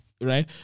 right